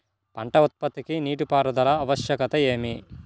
పంట ఉత్పత్తికి నీటిపారుదల ఆవశ్యకత ఏమి?